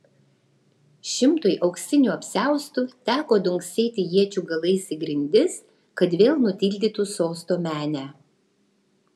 šimtui auksinių apsiaustų teko dunksėti iečių galais į grindis kad vėl nutildytų sosto menę